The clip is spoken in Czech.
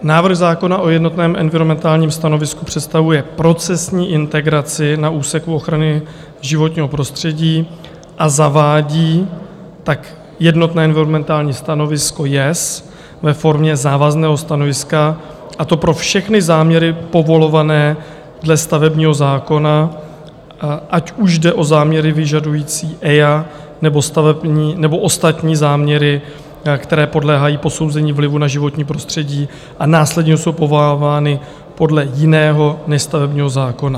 Návrh zákona o jednotném enviromentálním stanovisku představuje procesní integraci na úseku ochrany životního prostředí a zavádí tak jednotné environmentální stanovisko JES ve formě závazného stanoviska, a to pro všechny záměry povolované ze stavebního zákona, ať už jde o zákony vyžadující EIA, nebo ostatní záměry, které podléhají posouzení vlivu na životní prostředí a následně jsou povolovány podle jiného než stavebního zákona.